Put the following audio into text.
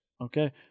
Okay